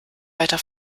weiter